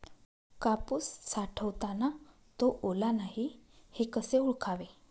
कापूस साठवताना तो ओला नाही हे कसे ओळखावे?